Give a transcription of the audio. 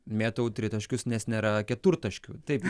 mėtau tritaškius nes nėra keturtaškių taip